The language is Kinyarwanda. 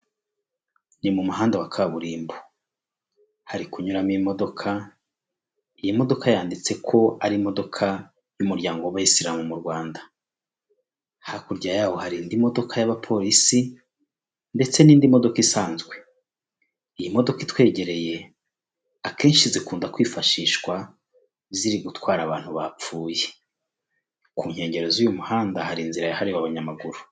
Ni mu muhanda wa kaburimbo hari kunyuramo imodoka iyi modoka yanditse ko ari imodoka y'umuryango w'abayisilamu mu rwanda, hakurya yawo hari indi modoka y'abapolisi ndetse n'indi modoka isanzwe, iyi modoka itwegereye akenshi zikunda kwifashishwa ziri gutwara abantu bapfuye, ku nkengero z'uyu muhanda hari inzira yahariwe abanyamaguru.